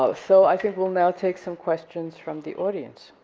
ah so i think we'll now take some questions from the audience.